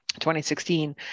2016